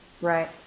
right